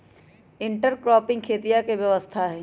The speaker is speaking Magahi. इंटरक्रॉपिंग खेतीया के व्यवस्था हई